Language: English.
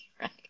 right